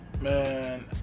man